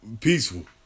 peaceful